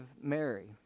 Mary